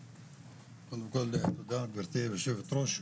קודם כל תודה גברתי יושבת הראש,